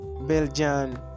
Belgian